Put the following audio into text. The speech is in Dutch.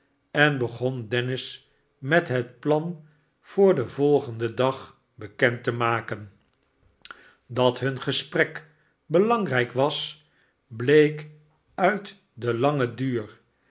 nederen begon dennis met het plan voor den volgenden dag bekend te maken dat hun gesprek belangrijk was bleek uit den langen duur